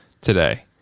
today